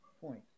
point